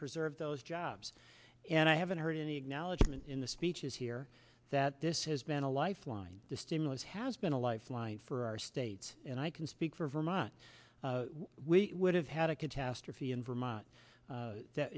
preserve those jobs and i haven't heard any acknowledgment in the speeches here that this has been a lifeline the stimulus has been a lifeline for our states and i can speak for vermont we would have had a catastrophe in vermont